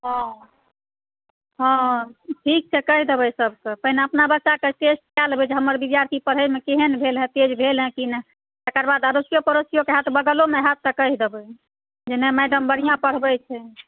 हँ हँ ठीक छै कहि देबै सभकेँ पहिने अपना बच्चाकेँ टेस्ट कए लेबै जे हमर विद्यार्थी पढ़यमे केहन भेल हेँ तेज भेल हेँ कि नहि तकर बाद अड़ोसीओ पड़ोसीओकेँ होयत बगलोमे होयत तऽ कहि देबै जे नहि मैडम बढ़िआँ पढ़बैत छै